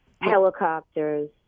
helicopters